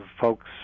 folks